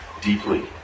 deeply